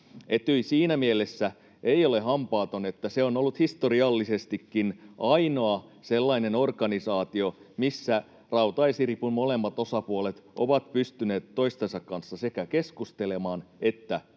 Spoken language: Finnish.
Etyj siinä mielessä ei ole hampaaton, että se on ollut historiallisestikin ainoa sellainen organisaatio, missä rautaesiripun molemmat osapuolet ovat pystyneet toistensa kanssa sekä keskustelemaan että